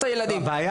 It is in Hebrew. שלא.